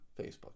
Facebook